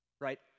right